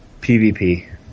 PvP